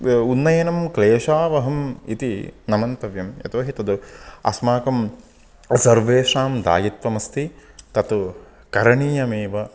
उन्नयनं क्लेशावहम् इति न मन्तव्यम् यतोहि तत् अस्माकं सर्वेषां दायित्वम् अस्ति तत् करणीयमेव